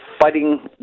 fighting